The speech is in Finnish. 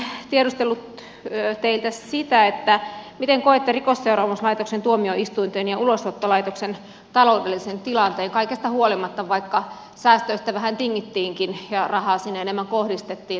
olisin tiedustellut teiltä sitä miten koette rikosseuraamuslaitoksen tuomioistuinten ja ulosottolaitoksen taloudellinen tilanteen kaikesta huolimatta vaikka säästöistä vähän tingittiinkin ja rahaa sinne enemmän kohdistettiin